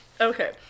Okay